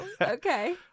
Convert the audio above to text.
Okay